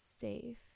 safe